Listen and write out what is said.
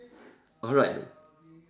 alright